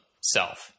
self